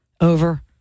Over